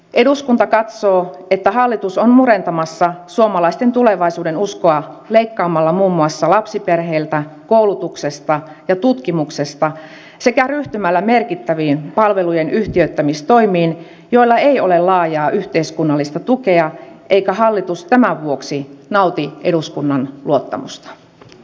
eduskunta katsoo että hallitus on murentamassa suomalaisten tulevaisuuden uskoa leikkaamalla muun muassa lapsiperheiltä koulutuksesta ja tutkimuksesta sekä ryhtymällä merkittäviin palvelujen yhtiöittämistoimiin joilla ei ole laajaa yhteiskunnallista tukea eikä hallitus tämän vuoksi nauti eduskunnan luottamusta